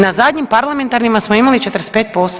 Na zadnjim parlamentarnima smo imali 45%